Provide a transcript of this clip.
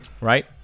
Right